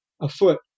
afoot